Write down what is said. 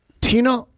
Tina